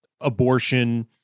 abortion